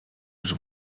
już